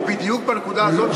כי בדיוק בנקודה הזאת,